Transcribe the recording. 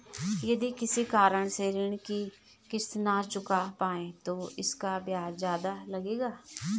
यदि किसी कारण से ऋण की किश्त न चुका पाये तो इसका ब्याज ज़्यादा लगेगा?